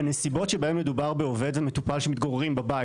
בנסיבות שבהן מדובר בעובד ומטופל שמתגוררים בבית,